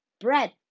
bread